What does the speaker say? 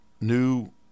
new